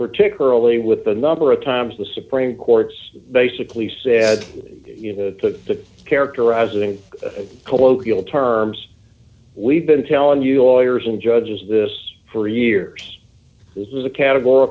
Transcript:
particularly with the number of times the supreme court's basically said you know the characterizing colloquial terms we've been telling you lawyers and judges this for years is a categor